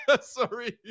Sorry